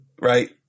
right